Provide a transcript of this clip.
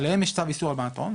עליהם יש צו איסור הלבנת הון,